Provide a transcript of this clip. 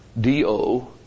D-O